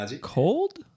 Cold